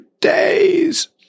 days